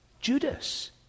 Judas